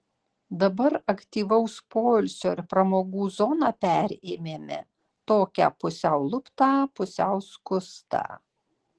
dabar aktyvaus poilsio ir pramogų zoną perėmėme tokią pusiau luptą pusiau skustą